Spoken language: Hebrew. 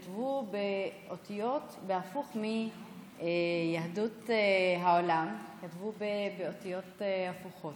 הפוך מיהדות העולם, הם כתבו באותיות הפוכות.